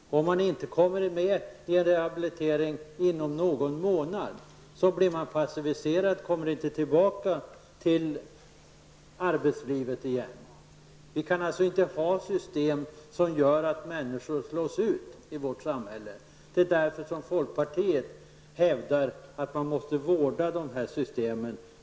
Kommer man inte med i en rehabilitering inom någon månad blir man passiverad och kommer inte tillbaka till arbetslivet. Vi kan i vårt samhälle inte ha system som gör att människor slås ut. Därför hävdar folkpartiet att man måste vårda systemen.